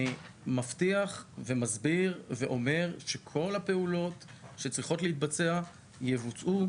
אני מבטיח ומסביר ואומר שכל הפעולות שצריכות להתבצע יבוצעו.